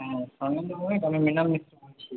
হুম স্বর্ণেন্দু ভৌমিক আমি মৃণাল মিত্র বলছি